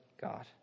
God